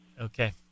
Okay